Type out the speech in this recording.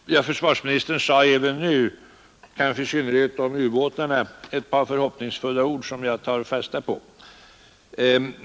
Herr talman! Försvarsministern yttrade även nu, kanske i synnerhet om ubåtarna, ett par förhoppningsfulla ord som jag tar fasta på.